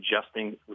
adjusting